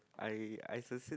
I I